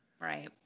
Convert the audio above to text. Right